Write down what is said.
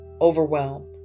overwhelm